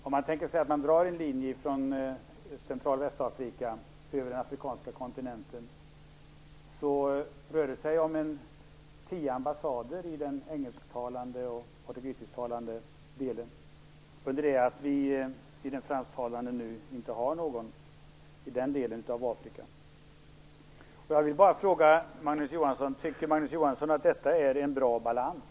Om man tänker sig att man drar en linje från Central och Östafrika över den afrikanska kontinenten rör det sig om tio ambassader i den engelsktalande och portugistalande delen under det att vi inte har någon ambassad i den fransktalande delen av Magnus Johansson att detta är en bra balans?